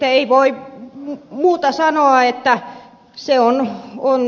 ei voi muuta sanoa